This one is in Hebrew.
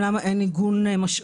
למה אין שיח משאבים.